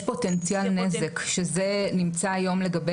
יש פוטנציאל נזק שזה נמצא היום לגבי